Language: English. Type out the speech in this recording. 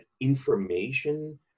information